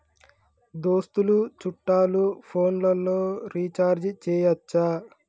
దోస్తులు చుట్టాలు ఫోన్లలో రీఛార్జి చేయచ్చా?